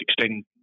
extend